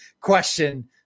question